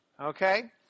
Okay